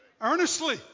Earnestly